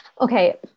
Okay